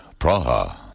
Praha